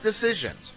decisions